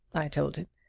i told him,